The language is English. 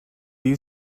you